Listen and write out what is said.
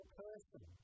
person